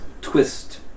twist